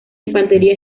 infantería